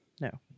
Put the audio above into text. No